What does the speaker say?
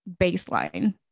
baseline